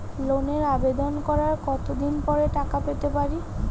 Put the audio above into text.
লোনের আবেদন করার কত দিন পরে টাকা পেতে পারি?